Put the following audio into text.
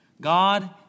God